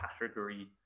category